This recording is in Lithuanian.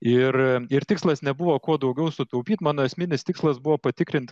ir ir tikslas nebuvo kuo daugiau sutaupyt mano esminis tikslas buvo patikrint